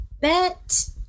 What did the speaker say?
bet